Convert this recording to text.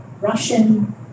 Russian